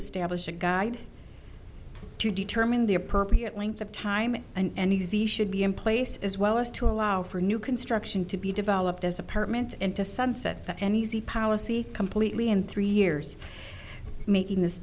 establish a guide to determine the appropriate length of time and he should be in place as well as to allow for new construction to be developed as apartments and to sunset any policy completely in three years making this